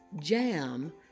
Jam